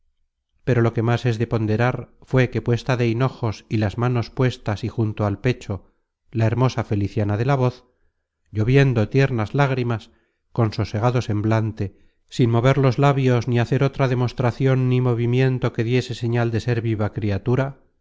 pero lo que más es de ponderar fué que puesta de hinojos y las manos puestas y junto al pecho la hermosa feliciana de la voz lloviendo tiernas lágrimas con sosegado semblante sin mover los labios ni hacer otra demostracion ni movimiento que diese señal de ser viva criatura